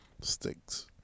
sticks